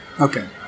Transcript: Okay